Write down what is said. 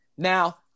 Now